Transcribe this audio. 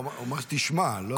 הוא אמר: תשמע, לא?